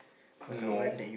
no